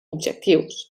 objectius